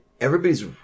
everybody's